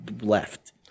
left